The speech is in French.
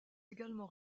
également